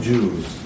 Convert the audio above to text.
Jews